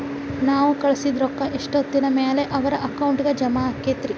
ನಾವು ಕಳಿಸಿದ್ ರೊಕ್ಕ ಎಷ್ಟೋತ್ತಿನ ಮ್ಯಾಲೆ ಅವರ ಅಕೌಂಟಗ್ ಜಮಾ ಆಕ್ಕೈತ್ರಿ?